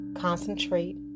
Concentrate